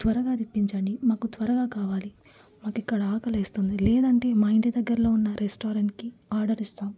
త్వరగా తెప్పించండి మాకు త్వరగా కావాలి మాకు ఇక్కడ ఆకలి వేస్తుంది లేదంటే మా ఇంటి దగ్గరలో ఉన్న రెస్టారెంట్కి ఆర్డర్ ఇస్తాం